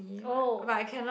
oh